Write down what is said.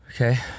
Okay